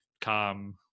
calm